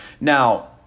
Now